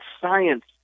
science